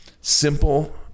simple